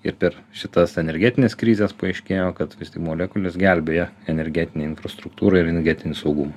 ir per šitas energetines krizes paaiškėjo kad visi molekulės gelbėja energetinį infrastruktūrą ir energetinį saugumą